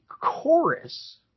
chorus